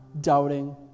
doubting